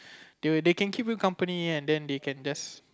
they will they can keep you company and then they can just